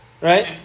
Right